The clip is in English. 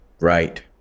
Right